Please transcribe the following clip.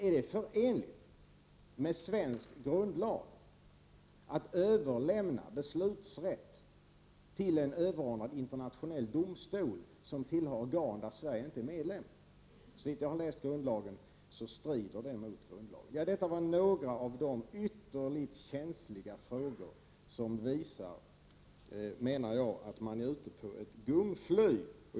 Är det förenligt med svensk grundlag att överlämna beslutsrätt till en överordnad internationell domstol, som tillhör organ där Sverige inte är medlem? Såvitt jag har läst grundlagen strider det mot grundlagen. Detta var några av de ytterligt känsliga frågor som visar, menar jag, att man är ute på ett gungfly.